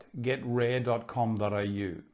getrare.com.au